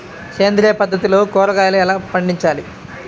సేంద్రియ పద్ధతిలో కూరగాయలు ఎలా పండించాలి?